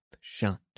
shut